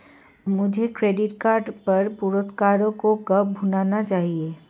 मुझे credit card पर पुरस्कारों को कब भुनाना चाहिए?